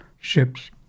ships